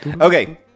Okay